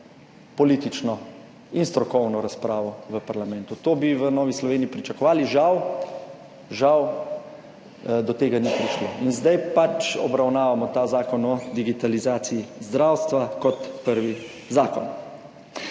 politično in strokovno razpravo v parlamentu, to bi v Novi Sloveniji pričakovali, žal do tega ni prišlo in zdaj obravnavamo ta Zakon o digitalizaciji zdravstva kot prvi zakon.